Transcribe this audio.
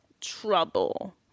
trouble